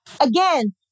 again